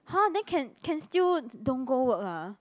!huh! then can can still d~ don't go work ah